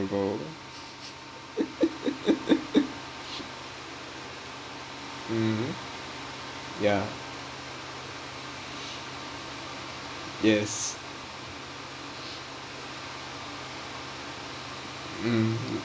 mmhmm ya yes mm